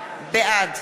בעד